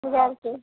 बजारके